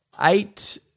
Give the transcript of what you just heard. eight